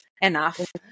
enough